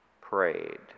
prayed